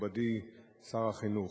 מכובדי שר החינוך.